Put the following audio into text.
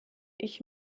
ich